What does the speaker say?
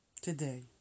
today